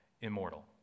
immortal